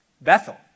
Bethel